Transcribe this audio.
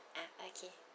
ah okay